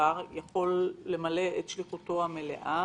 למלא את שליחותו המלאה,